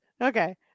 okay